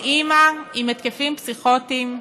לאימא עם התקפים פסיכוטיים.